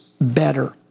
better